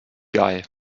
guy